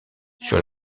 sur